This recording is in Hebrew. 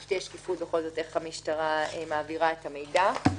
כדי שתהיה שקיפות איך המשטרה מעבירה את המידע.